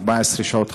14 שעות,